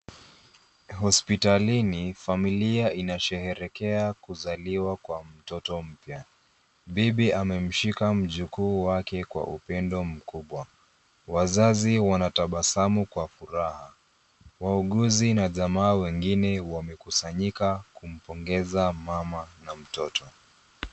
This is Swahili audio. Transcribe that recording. Hospitalini, familia inasheherekea kuzaliwa kwa mtoto mpya. Bibi amemshika mjukuu wake kwa upendo mkubwa, wazazi wanatabasamu kwa furaha. Wauguzi na jamaa wengine wamekusanyika kumpongeza mama na mtoto.